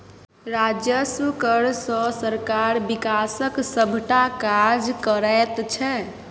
राजस्व कर सँ सरकार बिकासक सभटा काज करैत छै